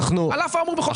על אף האמור בחוק.